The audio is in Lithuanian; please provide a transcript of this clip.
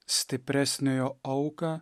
stipresniojo auką